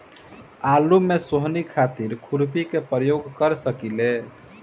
आलू में सोहनी खातिर खुरपी के प्रयोग कर सकीले?